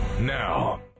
now